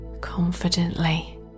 confidently